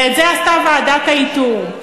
ואת זה עשתה ועדת האיתור.